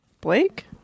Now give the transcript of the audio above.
Blake